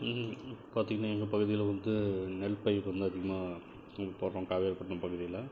பார்த்திங்ன்னா எங்கள் பகுதியில் வந்து நெல் பயிர் வந்து அதிகமாக நாங்கள் போடுகிறோம் காவேரிபட்டிணம் பகுதியில்